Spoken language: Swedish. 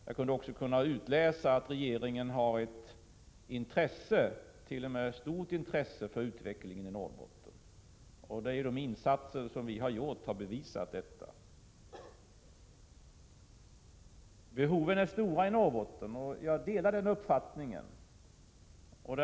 Jag kunde också utläsa att regeringen har ett intresse — t.o.m. ett stort intresse — för utvecklingen i Norrbotten. De insatser som vi gjort har bevisat detta. Behoven är stora i Norrbotten. Jag delar den uppfattningen.